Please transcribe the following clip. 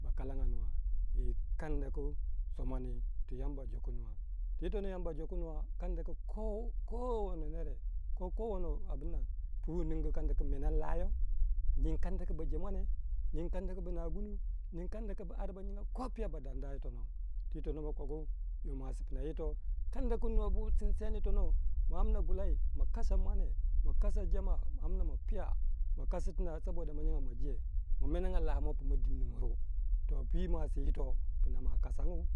Ba kalanga nuwa yi kanda ku so mani yamba jiku nuwa kanda ku kowane nere ko ko no agna pu kadda ku meneg layou nyin kanda ku ba je mwane nyin kanda ku ma na gundu nyin kanda ku ba ara ba nyinga kopiau ba dana, ba danda yitono totonu pna ma ka kopma yito kanda ku nwo bu sinseni yitonou, ma amna gulai ma kasa mwane ma kasa jama ma amna piya ma kasa tin don ma amna je, ma menenga lamou puma dimni miriu, to pwi masi yito pna mwa kasangu